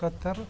Qatar